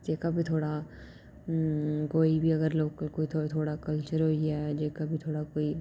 जेह्का बी थुआढ़ा कोई बी अगर कल्चर होई गेआ जेह्का बी थुआढ़ा कोई